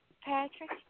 Patrick